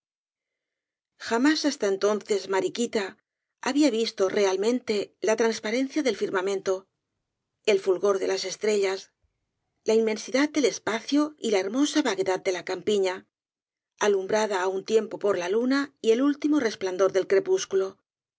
jamás hasta entonces mariquita había visto realmente la transparencia del firmamento el fulgor de el caballero de las botas azules las estrellas la inmensidad del espacio y la hermosa vaguedad de la campiña alumbrada á un tiempo por la luna y el último resplandor del crepúsculo